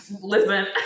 listen